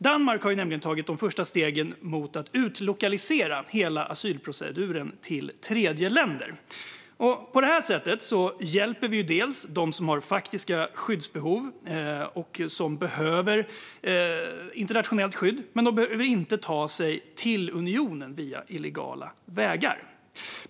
Danmark har nämligen tagit de första stegen mot att utlokalisera hela asylproceduren till tredjeländer. På det sättet hjälper vi dem som har faktiska skyddsbehov och som behöver internationellt skydd. Men de behöver inte ta sig till unionen via illegala vägar.